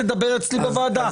את מדברת ומדברת ומדברת.